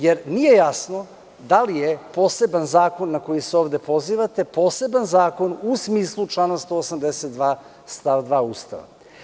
Jer, nije jasno da li je poseban zakon na koji se ovde pozivate poseban zakon u smislu člana 182. stav 2. Ustava.